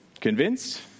Convinced